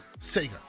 sega